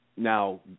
now